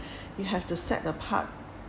you have to set apart